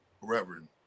Reverend